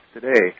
today